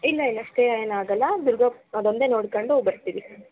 ಇಲ್ಲ ಇಲ್ಲ ಸ್ಟೇ ಏನು ಆಗೋಲ್ಲ ದುರ್ಗ ಅದೊಂದೇ ನೋಡ್ಕೊಂಡು ಬರ್ತೀವಿ